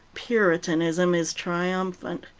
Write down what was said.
puritanism is triumphant.